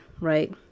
right